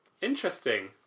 Interesting